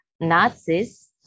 Nazis